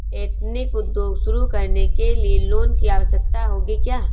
Ethnic उद्योग शुरू करने लिए लोन की आवश्यकता होगी क्या?